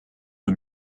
the